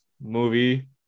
movie